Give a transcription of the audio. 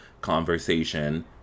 conversation